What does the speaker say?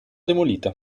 demolita